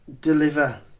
deliver